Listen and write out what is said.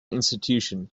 institution